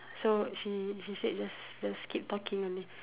so she she said just just keep talking only